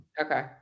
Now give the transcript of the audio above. Okay